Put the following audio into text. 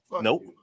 Nope